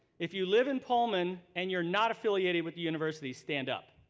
if you live in pullman and you're not affiliated with the university, stand up.